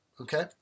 Okay